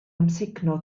amsugno